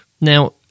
Now